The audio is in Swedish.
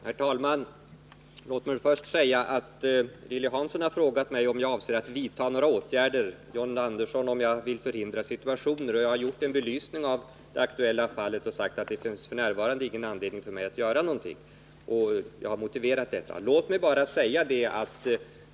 Herr talman! Låt mig först säga att Lilly Hansson har frågat mig om jag avser att vidta några åtgärder och att John Andersson har frågat mig om jag vill förhindra situationer av detta slag. Jag har belyst det aktuella fallet och sagt att det f. n. inte finns någon anledning för mig att göra någonting. Jag har också motiverat detta.